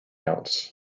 else